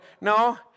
no